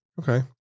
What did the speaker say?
Okay